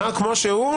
כמו שהוא,